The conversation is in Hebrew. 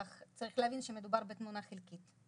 אך צריך להבין שמדובר בתמונה חלקית.